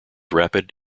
rapid